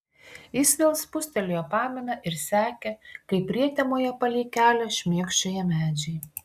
jis vėl spustelėjo paminą ir sekė kaip prietemoje palei kelią šmėkščioja medžiai